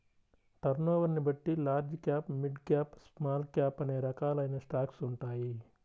టర్నోవర్ని బట్టి large cap, mid cap, small cap అనే రకాలైన స్టాక్స్ ఉంటాయి